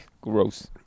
Gross